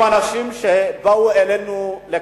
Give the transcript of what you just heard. אם אנחנו באמת רוצים להיטיב עם אנשים שבאו אלינו לכאן